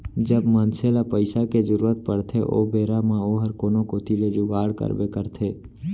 जब मनसे ल पइसा के जरूरत परथे ओ बेरा म ओहर कोनो कोती ले जुगाड़ करबे करथे